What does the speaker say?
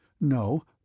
No